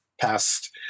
past